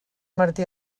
martí